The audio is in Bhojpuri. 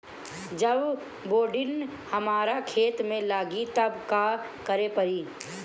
जब बोडिन हमारा खेत मे लागी तब का करे परी?